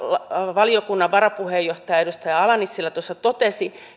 valiokunnan varapuheenjohtaja edustaja ala nissilä tuossa totesi